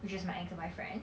which is my ex boyfriend